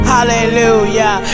Hallelujah